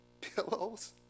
Pillows